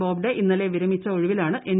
ബോബ്ഡെ ഇന്നലെ വിരമിച്ച ഒഴിവിലാണ് എൻ